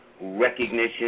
recognition